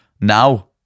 now